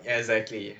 exactly